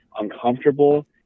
uncomfortable